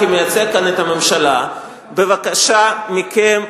כמייצג כאן את הממשלה: בבקשה מכם,